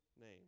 name